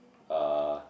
uh